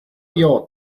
your